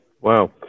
Wow